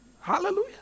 Hallelujah